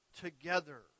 together